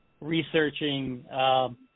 researching –